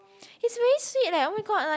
he's very sweet leh oh my god like